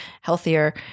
healthier